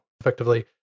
effectively